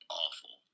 awful